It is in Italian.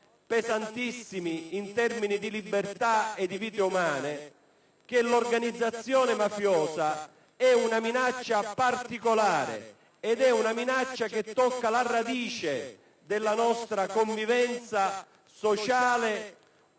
pesantissimi in termini di libertà e di vite umane, che l'organizzazione mafiosa è una minaccia particolare che tocca la radice della nostra convivenza sociale, economica e